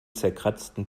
zerkratzten